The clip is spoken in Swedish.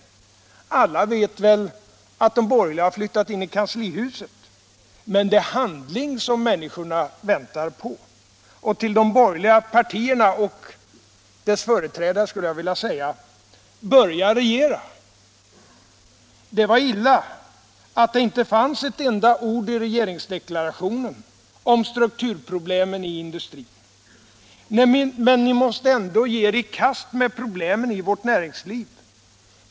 Alla vet väl att de borgerliga har flyttat in i kanslihuset. Men det är handling som människorna väntar på. Till de borgerliga partierna och deras företrädare vill jag säga: Börja regera! Det var illa att det i regeringsdeklarationen inte fanns med ett enda ord om strukturproblemen i industrin, men ni måste ändå ge er i kast med problemen i vårt näringsliv.